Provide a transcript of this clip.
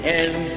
end